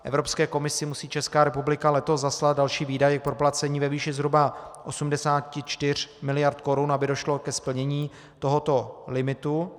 Evropské komisi musí Česká republika letos zaslat další výdaje k proplacení ve výši zhruba 84 miliard korun, aby došlo ke splnění tohoto limitu.